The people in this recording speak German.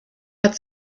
hat